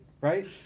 Right